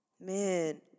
man